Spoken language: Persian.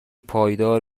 پایدار